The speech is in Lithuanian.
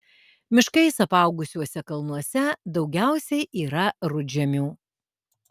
miškais apaugusiuose kalnuose daugiausiai yra rudžemių